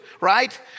Right